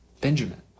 Benjamin